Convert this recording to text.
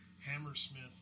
Hammersmith